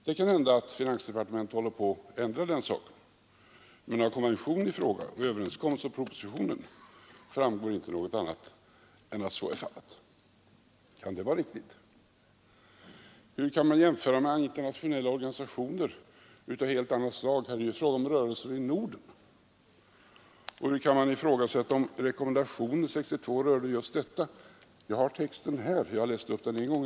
Det kan hända att finansdepartementet håller på att ändra på den saken nu, men av konventionen i frågan, av överenskommelsen och av propositionen framgår inte något annat än att så är fallet. Kan det vara riktigt? Hur kan man jämföra med internationella organisationer av helt annat slag? Här är det ju fråga om rörelser i Norden. Och hur kan man ifrågasätta om rekommendationen 1962 rörde just detta? Jag har texten här. Jag har läst upp den en gång.